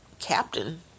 captain